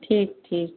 ठीक ठीक